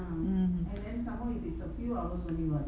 mm